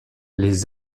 les